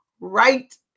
right